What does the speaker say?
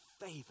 favor